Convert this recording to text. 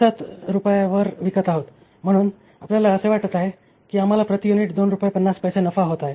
५ वर विकत आहोत म्हणून आपल्याला असे वाटत आहे की आम्हाला प्रति युनिट 2 रुपये 50 पैसे नफा होत आहे